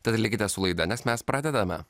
tad likite su laida nes mes pradedame